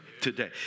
today